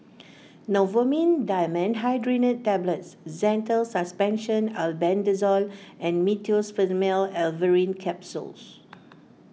Novomin Dimenhydrinate Tablets Zental Suspension Albendazole and Meteospasmyl Alverine Capsules